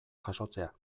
jasotzea